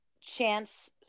Chance